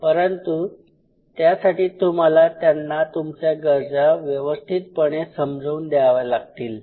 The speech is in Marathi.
परंतु त्यासाठी तुम्हाला त्यांना तुमच्या गरजा व्यवस्थितपणे समजवून द्यावा लागतील